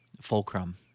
fulcrum